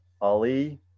Ali